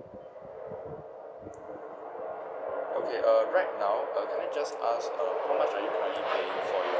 okay uh right now uh can I just ask um how much are you currently paying for you